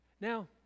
Now